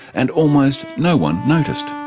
and almost no one noticed.